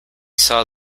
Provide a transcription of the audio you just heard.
saw